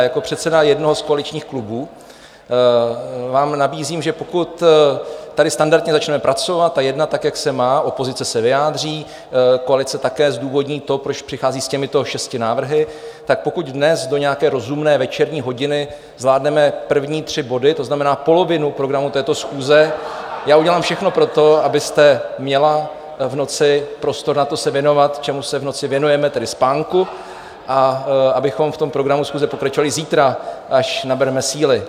Jako předseda jednoho z koaličních klubů vám nabízím, že pokud tady standardně začneme pracovat a jednat, tak jak se má, opozice se vyjádří, koalice také zdůvodní to, proč přichází s těmito šesti návrhy, tak pokud dnes do nějaké rozumné večerní hodiny zvládneme první tři body, to znamená polovinu programu této schůze, já udělám všechno pro to, abyste měla v noci prostor na to se věnovat, čemu se v noci věnujeme, tedy spánku, a abychom v programu schůze pokračovali zítra, až nabereme síly.